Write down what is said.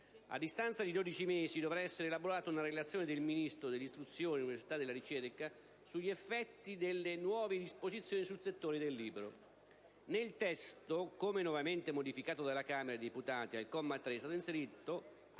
A distanza di dodici mesi, dovrà essere elaborata una relazione del Ministro dell'istruzione, dell'università e della ricerca sugli effetti delle nuove disposizioni sul settore del libro. Nel testo, come nuovamente modificato dalla Camera dei deputati, al comma 3 è stato inserito